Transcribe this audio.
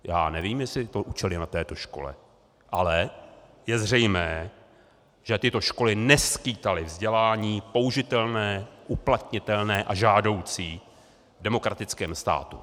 Já nevím, jestli je to učili na této škole, ale je zřejmé, že tyto školy neskýtaly vzdělání použitelné, uplatnitelné a žádoucí v demokratickém státě.